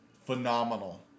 phenomenal